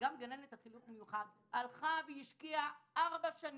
וגם גננת לחינוך מיוחד השקיעה ארבע שנים.